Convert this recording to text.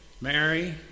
Mary